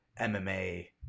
MMA